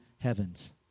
heavens